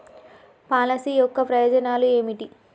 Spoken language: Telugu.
పాలసీ యొక్క ప్రయోజనాలు ఏమిటి?